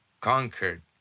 conquered